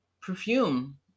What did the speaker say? perfume